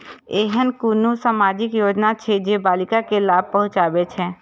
ऐहन कुनु सामाजिक योजना छे जे बालिका के लाभ पहुँचाबे छे?